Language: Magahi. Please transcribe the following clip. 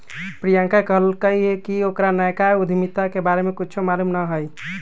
प्रियंका कहलकई कि ओकरा नयका उधमिता के बारे में कुछो मालूम न हई